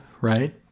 right